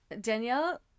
danielle